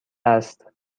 است